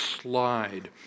slide